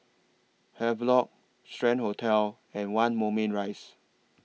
Havelock Strand Hotel and one Moulmein Rise